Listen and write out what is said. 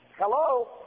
Hello